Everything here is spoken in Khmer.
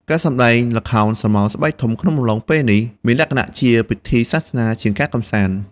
ការសម្តែងល្ខោនស្រមោលស្បែកធំ ក្នុងអំឡុងពេលនេះ មានលក្ខណៈជាពិធីសាសនាជាងការកម្សាន្ត។